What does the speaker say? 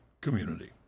community